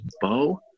Bo